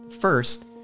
first